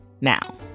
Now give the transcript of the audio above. now